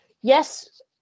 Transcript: yes